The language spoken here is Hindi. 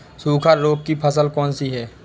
सूखा रोग की फसल कौन सी है?